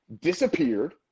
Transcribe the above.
disappeared